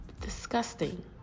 disgusting